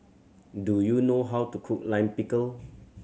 do you know how to cook Lime Pickle